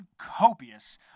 copious